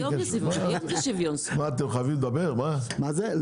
אני לא אומר שזה קנס לפי החוק, אבל זה קנס.